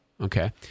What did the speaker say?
Okay